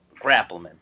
Grappleman